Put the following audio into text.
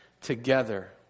together